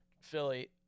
Philly